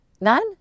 None